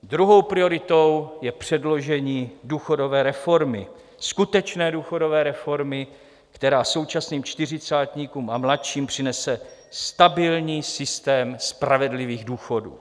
Druhou prioritou je předložení důchodové reformy, skutečné důchodové reformy, která současným čtyřicátníkům a mladším přinese stabilní systém spravedlivých důchodů.